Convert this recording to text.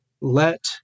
Let